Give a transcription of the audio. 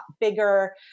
bigger